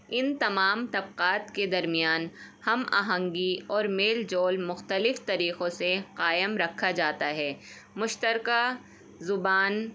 ان تمام طبقات کے درمیان ہم آہنگی اور میل جول مختلف طریقوں سے قائم رکھا جاتا ہے مشترکہ زبان